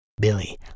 Billy